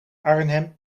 arnhem